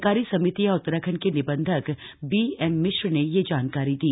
सहकारी समितियां उत्तराखण्ड के निबन्धक बीएममिश्र ने यह जानकारी दी